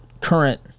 current